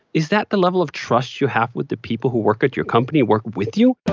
is that the level of trust you have with the people who work at your company, work with you?